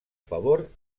favor